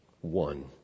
one